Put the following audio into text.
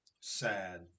Sad